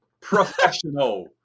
Professional